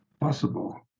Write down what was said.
possible